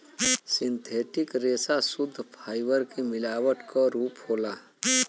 synthetic रेसा सुद्ध fibre के मिलावट क रूप होला